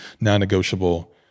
non-negotiable